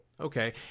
Okay